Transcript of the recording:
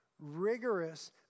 rigorous